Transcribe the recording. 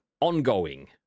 ongoing